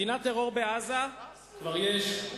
מדינת טרור בעזה כבר יש,